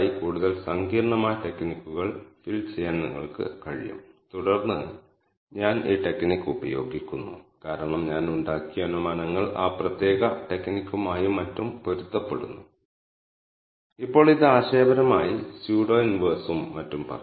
9 ആണെന്ന് നിങ്ങൾക്ക് കാണാൻ കഴിയും ഇത് ഏറ്റവും ചെറിയ ട്രിപ്പിനുള്ളതാണെന്ന് എനിക്ക് പറയാം ശരാശരി യാത്രാ ദൈർഘ്യം 174 ആണെങ്കിൽ എനിക്ക് ഇതൊരു ലോങ്ങ് ട്രിപ്പായി കണക്കാക്കാം